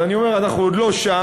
אז אני אומר: אנחנו עוד לא שם,